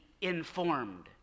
informed